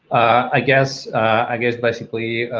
i guess i guess basically